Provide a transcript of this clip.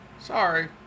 Sorry